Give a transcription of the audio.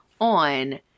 on